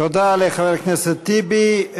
לחבר הכנסת טיבי.